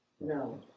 No